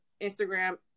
Instagram